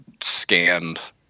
scanned